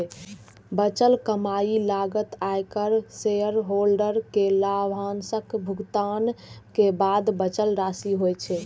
बचल कमाइ लागत, आयकर, शेयरहोल्डर कें लाभांशक भुगतान के बाद बचल राशि होइ छै